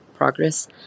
progress